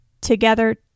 together